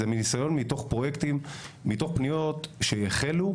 זה ניסיון מתוך פניות שהחלו,